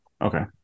okay